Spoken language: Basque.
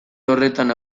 horretan